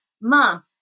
mom